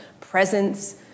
presence